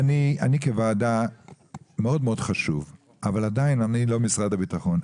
כוועדה מאוד מאוד חשוב אבל עדיין אני לא משרד הביטחון.